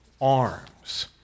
arms